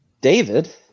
David